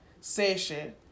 session